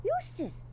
Eustace